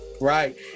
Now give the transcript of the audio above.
Right